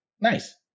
Nice